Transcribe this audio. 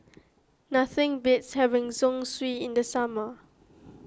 nothing beats having Zosui in the summer